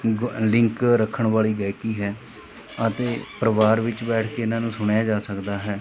ਗੁ ਅਹ ਲਿੰਕ ਰੱਖਣ ਵਾਲੀ ਗਾਇਕੀ ਹੈ ਅਤੇ ਪਰਿਵਾਰ ਵਿੱਚ ਬੈਠ ਕੇ ਇਹਨਾਂ ਨੂੰ ਸੁਣਿਆ ਜਾ ਸਕਦਾ ਹੈ